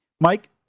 Mike